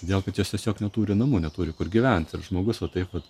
todėl kad jos tiesiog neturi namų neturi kur gyventi ir žmogus va taip vat